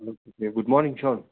hello good morning sir